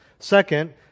Second